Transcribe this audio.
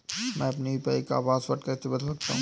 मैं अपने यू.पी.आई का पासवर्ड कैसे बदल सकता हूँ?